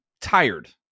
tired